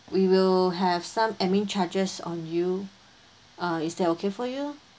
we will have some admin charges on you uh is that okay for you